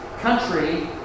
country